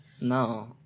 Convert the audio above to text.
no